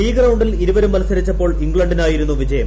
league റൌണ്ടിൽ ഇരുവരും മത്സരിച്ചപ്പോൾ ഇംഗ്ലണ്ടിനായിരുന്നു വിജയം